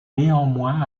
néanmoins